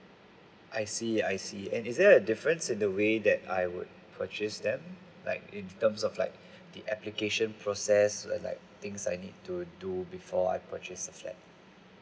I see I see and is there a difference in the way that I would purchase them like in terms of like the application process and like things I need to do before I purchase a flat